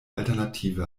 alternative